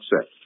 set